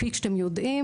כפי שאתם יודעים,